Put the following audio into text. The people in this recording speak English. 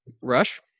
Rush